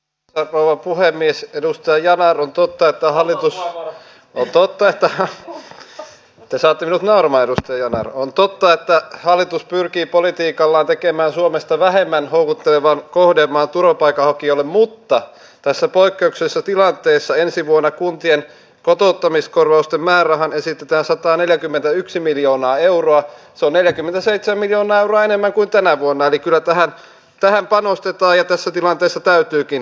rouva puhemies edustajana on totta että hallitus te sanotte että teidän on totta että hallitus pyrkii politiikallaan tekemään suomesta vähemmän aivan pakko leikata mutta tässä poikkeuksessa tilanteessa ensi vuonna sitten kun katsoo tuolla sosiaali ja terveysvaliokunnassa asiantuntijalausuntojen arviointeja siitä miten nämä leikkaukset kohdentuvat niin täytyy sanoa olen sanonut tämän kymmeniä kertoja tässä tilanteessa täytyykin